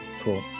cool